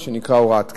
מה שנקרא הוראת קבע.